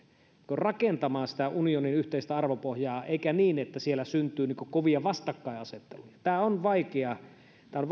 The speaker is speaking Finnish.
rakentamaan sitä unionin yhteistä arvopohjaa eikä niin että siellä syntyy kovia vastakkainasetteluja tämä on